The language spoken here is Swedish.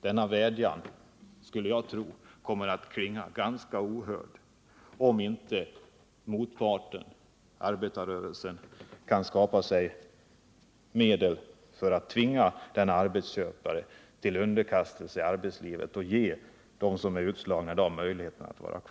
Denna vädjan skulle jag tro kommer att klinga ganska ohörd om inte motparten, arbetarrörelsen, kan skapa medel för att tvinga denna arbetsgivare till underkastelse i arbetslivet och ge dem som är utslagna i dag möjlighet att delta.